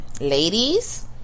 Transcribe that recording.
ladies